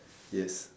yes